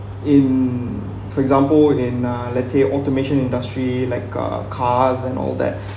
in for example in uh let's say automation industry like uh cars and all that